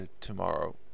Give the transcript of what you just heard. tomorrow